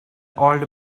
old